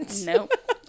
Nope